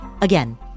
Again